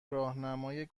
راهنمای